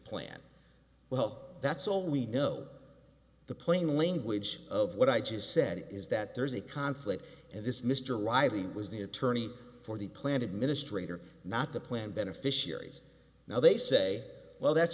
plan well that's all we know the plain language of what i just said is that there is a conflict and this mr reilly was the attorney for the plan administrator not the plan beneficiaries now they say well that's